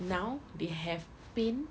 now they have paint